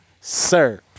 sir